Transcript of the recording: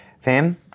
fam